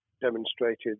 demonstrated